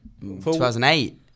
2008